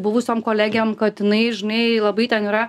buvusiom kolegėm kad jinai žinai labai ten yra